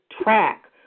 track